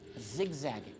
zigzagging